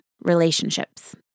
Relationships